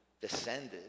descended